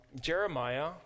Jeremiah